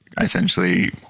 essentially